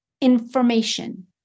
information